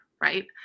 right